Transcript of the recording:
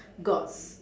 gods